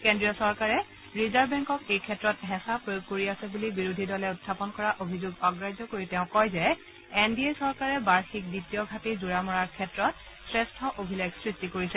কেন্দ্ৰীয় চৰকাৰে ৰিজাৰ্ভ বেংকক এই ক্ষেত্ৰত হেঁচা প্ৰয়োগ কৰি আছে বুলি বিৰোধী দলে উখাপন কৰা অভিযোগ অগ্ৰাহ্য কৰি তেওঁ কয় যে এন ডি এ চৰকাৰে বাৰ্ষিক বিত্তীয় ঘাটী জোৰা মৰাৰ ক্ষেত্ৰত শ্ৰেষ্ঠ অভিলেখ সৃষ্টি কৰিছে